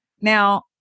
Now-